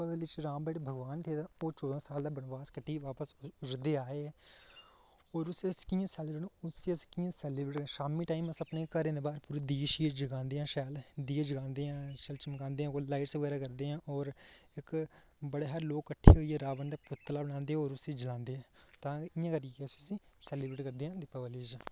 दीपावली श्री राम भगोआन साधन बापस अयोध्या आए उसी अस कि'यां सैलीब्रेट घरें दे बाह्र दियें जलांदे अस लाइटां बगैरा लगदियां इक बड़े हारे लोक किट्ठे होइयै रावण दा पुतला बनांदे और उसी जलांदे अस उसी सैलीब्रेट करदे